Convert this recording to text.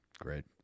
great